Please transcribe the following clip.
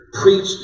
preach